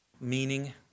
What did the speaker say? Meaning